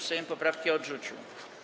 Sejm poprawki odrzucił.